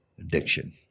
addiction